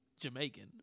Jamaican